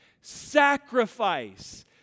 Sacrifice